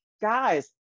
guys